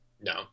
No